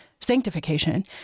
sanctification